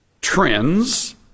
trends